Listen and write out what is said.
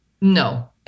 No